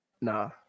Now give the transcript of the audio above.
nah